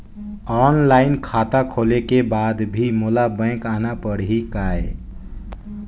Online खाता खोले के बाद भी मोला बैंक आना पड़ही काय?